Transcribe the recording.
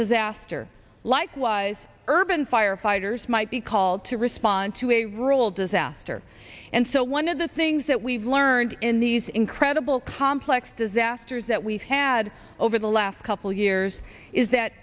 disaster likewise urban firefighters might be called to respond to a rural disaster and so one of the things that we've learned in these incredible complex disasters that we've had over the last couple years is that